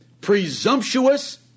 presumptuous